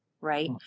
right